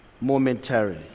momentarily